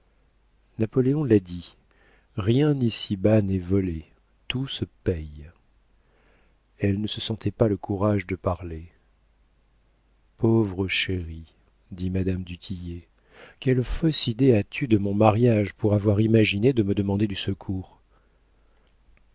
napoléon l'a dit rien ici-bas n'est volé tout se paie elle ne se sentait pas le courage de parler pauvre chérie dit madame du tillet quelle fausse idée as-tu de mon mariage pour avoir imaginé de me demander du secours